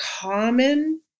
common